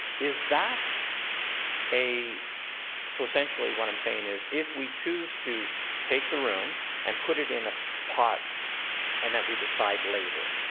is that a so essentially what i'm saying is if we choose to take the room and put it in a pot and that we decide later,